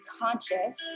conscious